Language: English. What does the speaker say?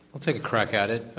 i'll take a crack at it.